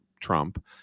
Trump